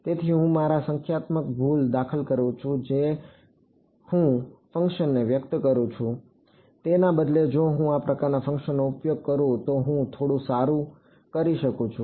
તેથી હું મારામાં સંખ્યાત્મક ભૂલ દાખલ કરું છું જે રીતે હું ફંક્શનને વ્યક્ત કરું છું તેના બદલે જો હું આ પ્રકારનાં ફંકશનનો ઉપયોગ કરું તો હું થોડું સારું કરી શકું છું